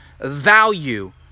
value